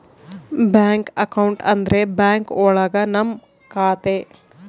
bank account ಅಂದ್ರೆ bank ಒಳಗ ನಮ್ ಖಾತೆ